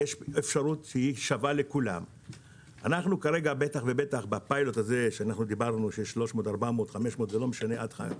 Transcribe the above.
יש מודל אחד, ל"יאנדקס" יש מודל אחר.